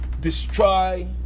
destroy